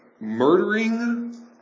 murdering